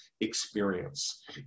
experience